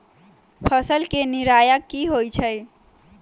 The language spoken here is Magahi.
फसल के निराया की होइ छई?